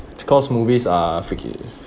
cause movies are fic~